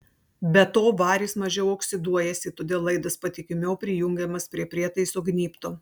be to varis mažiau oksiduojasi todėl laidas patikimiau prijungiamas prie prietaiso gnybto